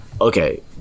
okay